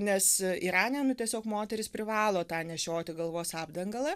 nes irane tiesiog moterys privalo tą nešioti galvos apdangalą